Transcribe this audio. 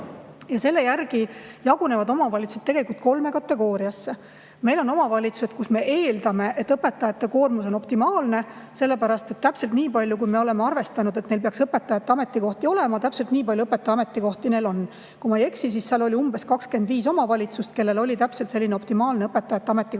Ja selle järgi jagunevad omavalitsused tegelikult kolme kategooriasse. Meil on omavalitsused, kus me eeldame, et õpetajate koormus on optimaalne: täpselt nii palju, kui me oleme arvestanud, et neil peaks õpetajate ametikohti olema, neid ametikohti neil ka on. Kui ma ei eksi, siis on umbes 25 omavalitsust, kellel oli täpselt selline optimaalne õpetajate ametikohtade